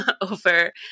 over